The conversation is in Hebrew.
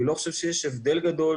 אני לא חושב שיש הבדל גדול.